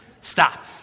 Stop